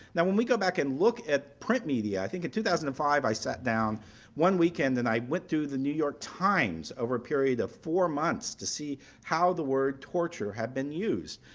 now when we go back and look at print media i think in two thousand and five i sat down one weekend and i went through the new york times over a period of four months to see how the word torture had been used.